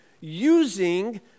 using